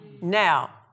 Now